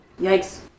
Yikes